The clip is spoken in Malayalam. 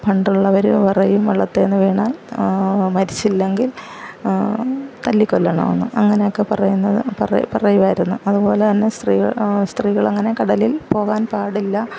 പണ്ടുള്ളവര് പറയും വള്ളത്തേന്ന് വീണാൽ മരിച്ചില്ലെങ്കിൽ തല്ലിക്കൊല്ലണമെന്ന് അങ്ങനെയൊക്കെ പറയുന്നത് പറയ് പറയുമായിരുന്നു അതുപോലെതന്നെ സ്ത്രീകൾ സ്ത്രീകൾ അങ്ങനെ കടലിൽ പോകാൻ പാടില്ല